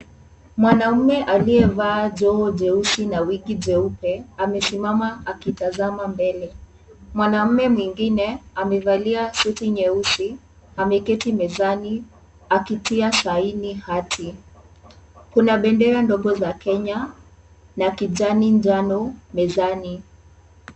Mwanaume aliyevaa joho jeusi na wigi jeupe amesimama akitazama mbele. Mwanaume mwingine amevalia suti nyeusi ameketi mezani akitia saini hati. Kuna bendera ndogo za Kenya na kijani njano mezani.